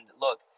look